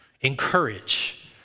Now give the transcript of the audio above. encourage